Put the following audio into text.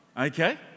okay